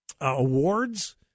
awards